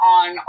on